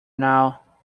now